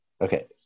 Okay